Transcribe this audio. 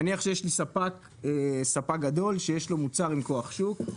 נניח שיש לי ספק גדול שיש לו מוצר עם כוח שוק,